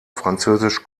französisch